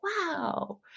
wow